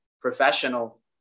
professional